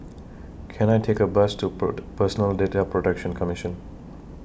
Can I Take A Bus to Pert Personal Data Protection Commission